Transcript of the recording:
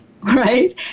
right